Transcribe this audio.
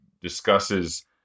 discusses